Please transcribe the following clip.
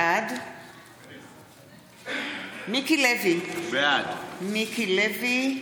בעד מיקי לוי,